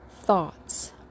thoughts